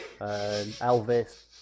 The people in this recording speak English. Elvis